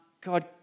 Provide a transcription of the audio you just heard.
God